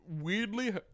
weirdly